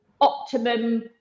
optimum